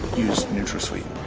used nutrasweet.